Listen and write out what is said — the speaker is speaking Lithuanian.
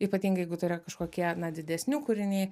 ypatingai jeigu tai yra kažkokie na didesni kūriniai